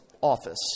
office